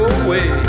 away